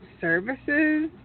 services